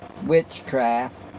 witchcraft